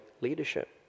leadership